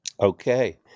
Okay